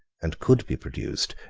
and could be produced,